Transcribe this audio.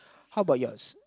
how about yours